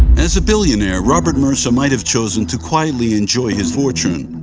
as a billionaire robert mercer might have chosen to quietly enjoy his fortune.